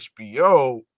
HBO